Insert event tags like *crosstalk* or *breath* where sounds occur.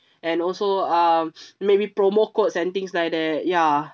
and also um *breath* maybe promo codes and things like that ya